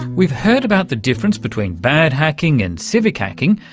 we've heard about the difference between bad hacking and civic hacking,